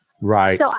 Right